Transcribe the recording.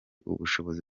ubushobozi